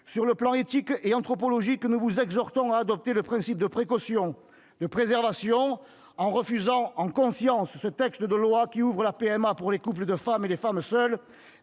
sur le plan éthique et anthropologique nous vous exhortons à adopter le principe de précaution, de préservation, en refusant en conscience ce texte de loi qui ouvre la PMA pour les couples de femmes et les femmes seules.